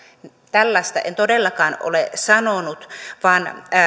tällaista en todellakaan ole sanonut vaan